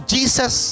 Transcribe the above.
Jesus